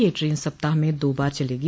यह ट्रेन सप्ताह में दो बार चलेगी